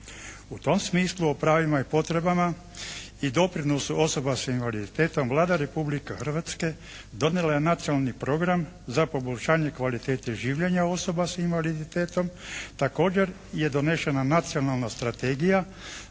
U tom smislu o pravima i potrebama i doprinosu osoba sa invaliditetom Vlada Republike Hrvatske donijela je Nacionalni program za poboljšanje kvalitete življenja osoba sa invaliditetom. Također je donesena nacionalna strategija